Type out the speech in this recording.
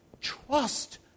Trust